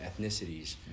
ethnicities